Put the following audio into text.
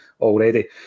already